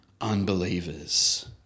unbelievers